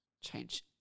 Change